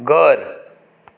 घर